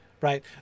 right